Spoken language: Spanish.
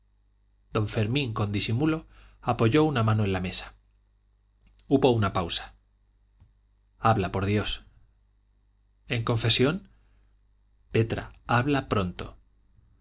don fermín con disimulo apoyó una mano en la mesa hubo una pausa habla por dios en confesión petra habla pronto